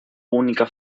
única